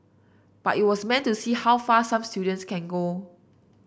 but it was meant to see how far some students can go